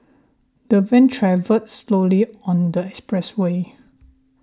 the van travelled slowly on the expressway